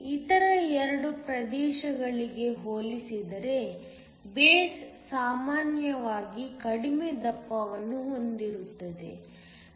ಇತರ 2 ಪ್ರದೇಶಗಳಿಗೆ ಹೋಲಿಸಿದರೆ ಬೇಸ್ ಸಾಮಾನ್ಯವಾಗಿ ಕಡಿಮೆ ದಪ್ಪವನ್ನು ಹೊಂದಿರುತ್ತದೆ